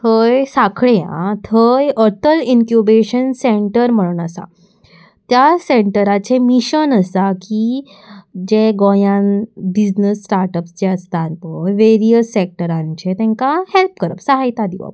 खंय साखळे आ थंय अर्थल इन्क्युबेशन सँटर म्हणून आसा त्या सँटराचें मिशन आसा की जे गोंयान बिजनस स्टार्टअप्स जे आसतात पय वेरियस सॅक्टरांचे तांकां हॅल्प करप सहायता दिवप